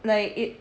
like it